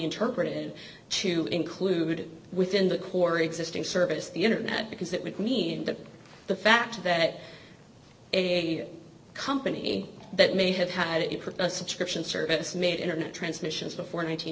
interpreted to include within the core existing service the internet because that would mean that the fact that a company that may have had a subscription service made internet transmissions before